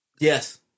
Yes